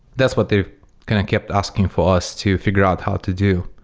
that's what they've kind of kept asking for us to figure out how to do,